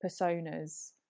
personas